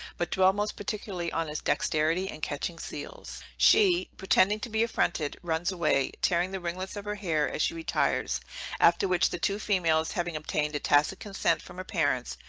but dwell most particularly on his dexterity in and catching seals. she, pretending to be affronted, runs away, tearing the ringlets of her hair as she retires after which the two females, having obtained a tacit consent from her parents,